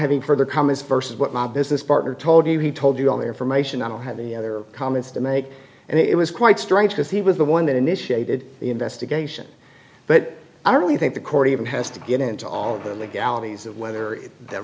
having further comments versus what my business partner told you he told you all the information i don't have any other comments to make and it was quite strange because he was the one that initiated the investigation but i really think the court even has to get into all of the legalities of whether that